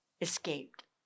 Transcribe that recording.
escaped